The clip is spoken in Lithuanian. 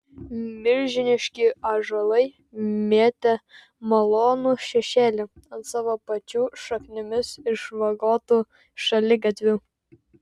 milžiniški ąžuolai metė malonų šešėlį ant savo pačių šaknimis išvagotų šaligatvių